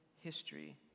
history